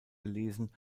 gelesen